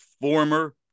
former